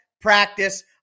practice